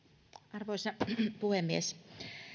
arvoisa puhemies